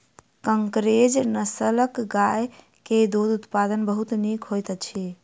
कंकरेज नस्लक गाय के दूध उत्पादन बहुत नीक होइत अछि